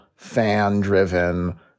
fan-driven